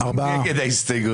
מי נגד?